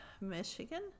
Michigan